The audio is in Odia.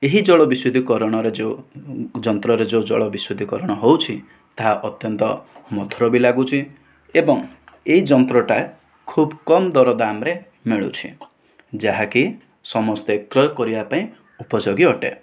ଏହି ଜଳ ବିଶୁଦ୍ଧିକରଣରେ ଯେଉଁ ଯନ୍ତ୍ରରେ ଯେଉଁ ଜଳ ବିଶୁଦ୍ଧିକରଣ ହେଉଛି ତାହା ଅତ୍ୟନ୍ତ ମଧୁର ବି ଲାଗୁଛି ଏବଂ ଏହି ଯନ୍ତ୍ରଟା ଖୁବ କମ ଦରଦାମରେ ମିଳୁଛି ଯାହାକି ସମସ୍ତେ କ୍ରୟ କରିବାପାଇଁ ଉପଯୋଗୀ ଅଟେ